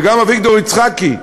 גם אביגדור יצחקי,